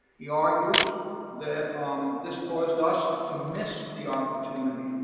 he argues that um this caused us to miss the opportunity,